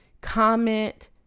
comment